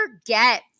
forget